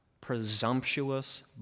presumptuous